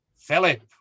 Philip